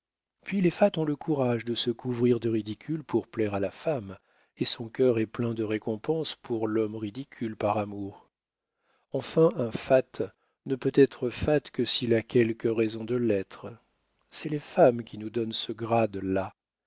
puis les fats ont le courage de se couvrir de ridicule pour plaire à la femme et son cœur est plein de récompenses pour l'homme ridicule par amour enfin un fat ne peut être fat que s'il a raison de l'être c'est les femmes qui nous donnent ce grade là